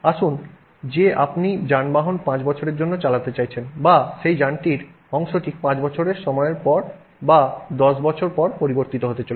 আসুন যে আপনি যানবাহন 5 বছরের জন্য চালাতে চাইছেন বা সেই যানটির অংশটি 5 বছর সময়ের পর বা 10 বছর পর পরিবর্তিত হতে চলেছে